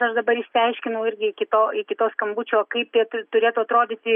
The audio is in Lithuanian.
aš dabar išsiaiškinau irgi iki to iki to skambučio kaip tai turėtų atrodyti